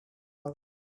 out